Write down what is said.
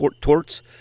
Torts